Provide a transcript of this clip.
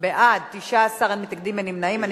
בעד 19, אין מתנגדים, אין נמנעים.